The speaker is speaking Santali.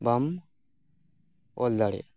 ᱵᱟᱢ ᱚᱞ ᱫᱟᱲ ᱮᱭᱟᱜᱼᱟ